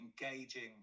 engaging